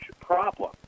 problem